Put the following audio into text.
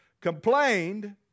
complained